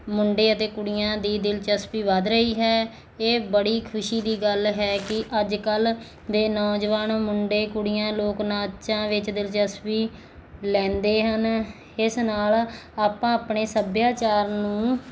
ਮੁੰਡੇ ਅਤੇ ਕੁੜੀਆਂ ਦੀ ਦਿਲਚਸਪੀ ਵੱਧ ਰਹੀ ਹੈ ਇਹ ਬੜੀ ਖੁਸ਼ੀ ਦੀ ਗੱਲ ਹੈ ਕਿ ਅੱਜ ਕੱਲ੍ਹ ਦੇ ਨੌਜਵਾਨ ਮੁੰਡੇ ਕੁੜੀਆਂ ਲੋਕ ਨਾਚਾਂ ਵਿੱਚ ਦਿਲਚਸਪੀ ਲੈਂਦੇ ਹਨ ਇਸ ਨਾਲ ਆਪਾਂ ਆਪਣੇ ਸੱਭਿਆਚਾਰ ਨੂੰ